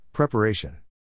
Preparation